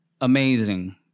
amazing